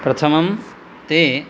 प्रथमं ते